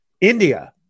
india